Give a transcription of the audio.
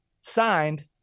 Signed